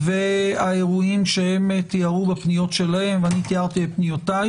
והאירועים שהם תיארו בפניות שלהם, ואני בפניותיי